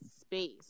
space